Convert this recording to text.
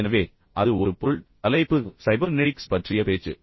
எனவே அது ஒரு பொருள் தலைப்பு சைபர்நெடிக்ஸ் பற்றிய பேச்சு